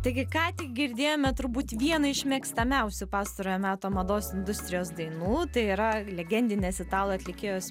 taigi ką tik girdėjome turbūt vieną iš mėgstamiausių pastarojo meto mados industrijos dainų tai yra legendinės italų atlikėjos